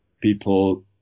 People